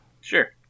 Sure